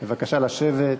בבקשה לשבת.